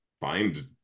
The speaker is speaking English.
find